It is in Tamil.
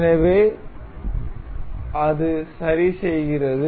எனவே அது சரிசெய்கிறது